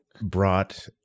brought